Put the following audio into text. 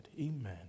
Amen